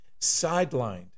sidelined